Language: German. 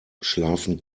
schlafen